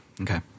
Okay